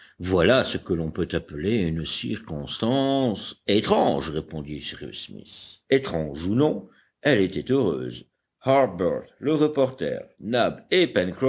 voilà ce que l'on peut appeler une circonstance étrange répondit cyrus smith étrange ou non elle était heureuse harbert le reporter nab et